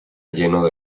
lleno